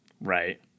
Right